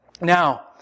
Now